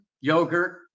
yogurt